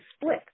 split